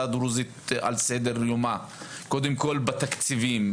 הדרוזית על סדר-יומה קודם כל בתקציבים,